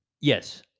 Yes